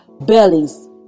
bellies